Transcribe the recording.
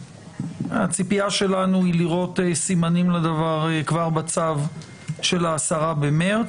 הציפייה שלנו היא לראות סימנים לדבר כבר בצו של ה-10 במרץ,